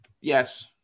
Yes